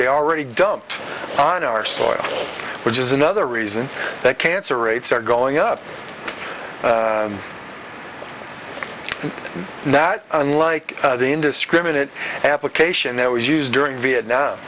they already dumped on our soil which is another reason that cancer rates are going up and that unlike the indiscriminate application that was used during vietnam